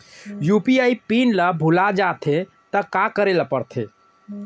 UPI PIN ल भुला जाथे त का करे ल पढ़थे?